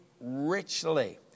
richly